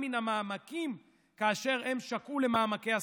מן המעמקים כאשר הם שקעו למעמקי הסקרים.